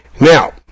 Now